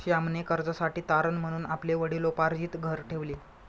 श्यामने कर्जासाठी तारण म्हणून आपले वडिलोपार्जित घर ठेवले